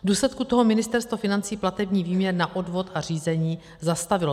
V důsledku toho Ministerstvo financí platební výměr na odvod a řízení zastavilo.